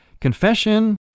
confession